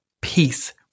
peace